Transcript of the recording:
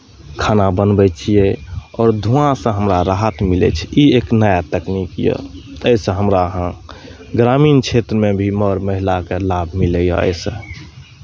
खाना बनबै छियै आओर धुआँसँ हमरा राहत मिलै छै ई एक नया टेकनीक यए एहिसँ हमरा अहाँ ग्रामीण क्षेत्रमे भी मर महिलाकेँ लाभ मिलैए एहिसँ